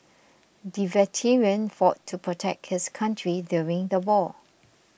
the veteran fought to protect his country during the war